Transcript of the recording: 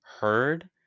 heard